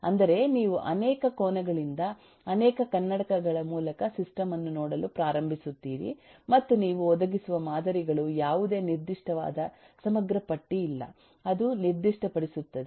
ಅಂದರೆ ನೀವು ಅನೇಕ ಕೋನಗಳಿಂದ ಅನೇಕ ಕನ್ನಡಕಗಳ ಮೂಲಕ ಸಿಸ್ಟಮ್ ಅನ್ನು ನೋಡಲು ಪ್ರಾರಂಭಿಸುತ್ತೀರಿ ಮತ್ತು ನೀವು ಒದಗಿಸುವ ಮಾದರಿಗಳು ಯಾವುದೇ ನಿರ್ದಿಷ್ಟವಾದ ಸಮಗ್ರ ಪಟ್ಟಿ ಇಲ್ಲ ಅದು ನಿರ್ದಿಷ್ಟಪಡಿಸುತ್ತದೆ